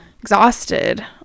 exhausted